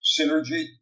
synergy